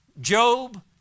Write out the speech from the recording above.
Job